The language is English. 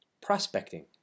prospecting